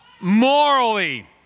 Morally